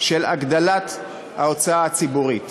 של הגדלת ההוצאה הציבורית.